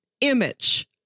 image